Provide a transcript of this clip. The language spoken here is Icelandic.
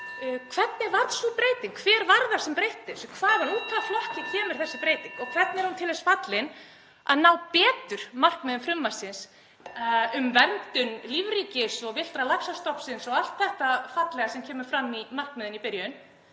Hvernig varð sú breyting? Hver var það sem breytti þessu? Úr hvaða flokki kemur þessi breyting og hvernig er hún til þess fallin að ná betur markmiðum frumvarpsins um verndun lífríkis og villta laxastofnsins og allt þetta fallega sem kemur fram í markmiðunum í byrjun?